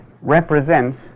represents